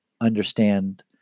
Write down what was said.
understand